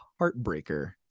heartbreaker